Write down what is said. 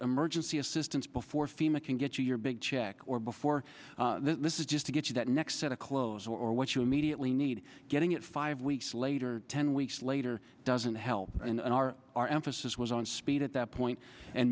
emergency assistance before fema can get you your big check or before this is just to get you that next set of clothes or what you immediately need getting it five weeks later ten weeks later doesn't help and our our emphasis was on speed at that point and